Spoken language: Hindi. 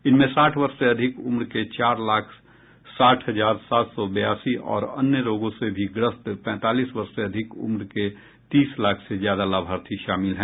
इनमें साठ वर्ष से अधिक उम्र के चार लाख साठ हजार सात सौ बयासी और अन्य रोगों से भी ग्रस्त पैंतालीस वर्ष से अधिक उम्र के तीस लाख से ज्यादा लाभार्थी शामिल हैं